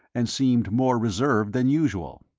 and seemed more reserved than usual.